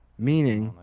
meaning,